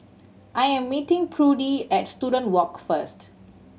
I am meeting Prudie at Student Walk first